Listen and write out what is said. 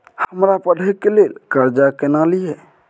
हमरा पढ़े के लेल कर्जा केना लिए?